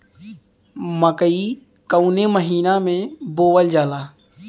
मकई कवने महीना में बोवल जाला?